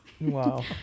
Wow